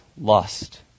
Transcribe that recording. lust